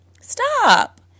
Stop